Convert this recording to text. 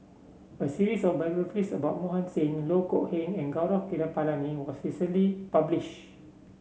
a series of biographies about Mohan Singh Loh Kok Heng and Gaurav Kripalani was recently publish